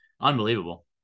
Unbelievable